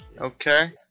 Okay